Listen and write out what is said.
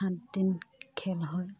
আঠদিন খেল হয়